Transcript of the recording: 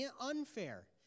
unfair